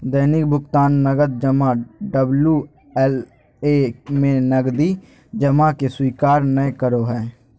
दैनिक भुकतान नकद जमा डबल्यू.एल.ए में नकदी जमा के स्वीकार नय करो हइ